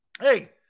Hey